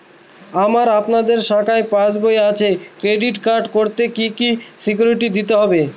আমার আপনাদের শাখায় পাসবই আছে ক্রেডিট কার্ড করতে কি কি সিকিউরিটি দিতে হবে?